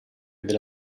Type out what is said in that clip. delle